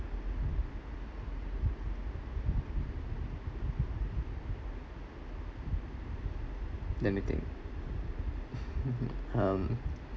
let me think um